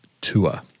tour